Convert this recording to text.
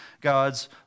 God's